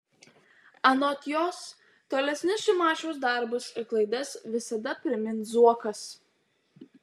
anot jos tolesnius šimašiaus darbus ir klaidas visada primins zuokas